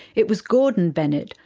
it was gordon bennett,